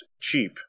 cheap